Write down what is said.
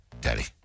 Daddy